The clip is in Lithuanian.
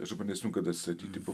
aš dabar neatsimenu kada atstatyti buvo